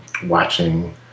watching